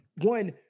one